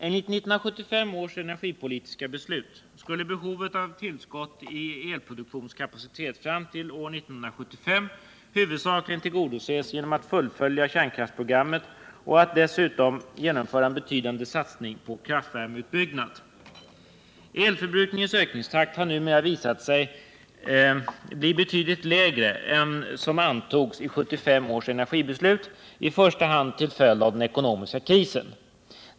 Enligt 1975 års energipolitiska beslut skulle behovet av tillskott i elproduktionskapacitet fram till år 1985 huvudsakligen tillgodoses genom att fullfölja kärnkraftsprogrammet och att dessutom genomföra en betydande satsning på kraftvärmeutbyggnad. Elförbrukningens ökningstakt har numera visat sig bli betydligt lägre än som antogs i 1975 års energibeslut, i första hand till följd av den ekonomiska krisen.